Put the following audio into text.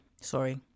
Sorry